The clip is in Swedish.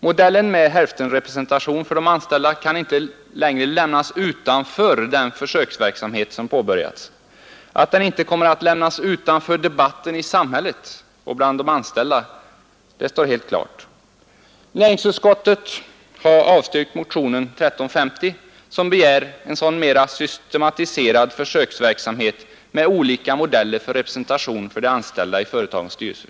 Modellen med hälftenrepresentation för de anställda kan inte längre lämnas utanför den försöksverksamhet som påbörjats. Att den inte kommer att lämnas utanför debatten i samhället och bland de anställda står helt klart. systematiserad försöksverksamhet med olika modeller för representation för de anställda i företagens styrelse.